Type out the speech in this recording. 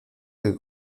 que